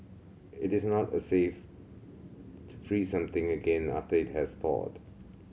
it is not a safe to freeze something again after it has thawed